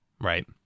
Right